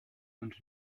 und